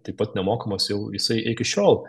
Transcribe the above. taip pat nemokamas jau jisai iki šiol